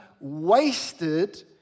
wasted